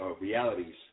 realities